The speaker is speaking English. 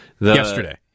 Yesterday